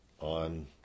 on